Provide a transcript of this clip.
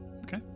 Okay